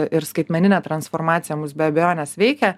ir skaitmeninė transformacija mus be abejonės veikia